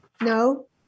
No